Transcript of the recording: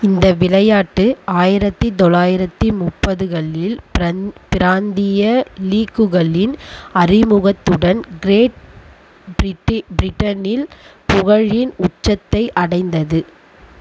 இந்த விளையாட்டு ஆயிரத்து தொளாயிரத்து முப்பதுகளில் ப்ரந் பிராந்திய லீக்குகளின் அறிமுகத்துடன் க்ரேட் பிரிட்டி பிரிட்டனில் புகழின் உச்சத்தை அடைந்தது